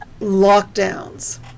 lockdowns